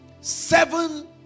seven